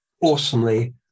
awesomely